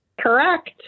Correct